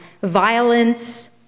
violence